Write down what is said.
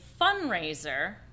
fundraiser